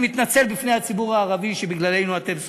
אני מתנצל בפני הציבור הערבי שבגללנו אתם סובלים.